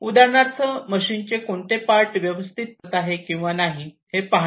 उदाहरणार्थ मशीन चे कोणते पार्ट व्यवस्थितपणे काम करत आहेत किंवा नाही हे पाहणे